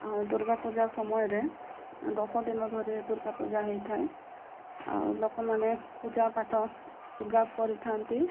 ଆଉ ଦୁର୍ଗା ପୂଜା ସମୟରେ ଦଶଦିନ ଧରି ଦୁର୍ଗା ପୂଜା ହେଇଥାଏ ଆଉ ଲୋକମାନେ ପୂଜାପାଠ ଦୁର୍ଗା କରିଥାନ୍ତି